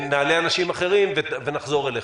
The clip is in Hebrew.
נעלה אנשים אחרים ונחזור אליך.